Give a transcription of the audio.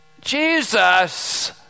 Jesus